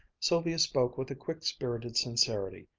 sylvia spoke with a quick, spirited sincerity,